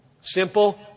Simple